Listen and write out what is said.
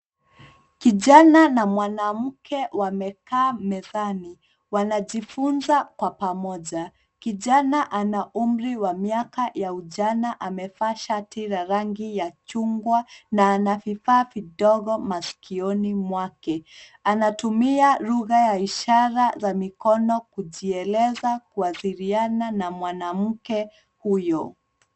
Kijana na mwanamke wamekaa mezani wanajifunza kwa pamoja. Kijana ana umri wa miaka ya ujana amevaa shati la rangi ya chungwa na ana vifaa vidogo maskioni mwake. Anatumia lugha ya ishara ya mikono kujieleza kuwasiliana na mwanamke huyo.